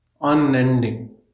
unending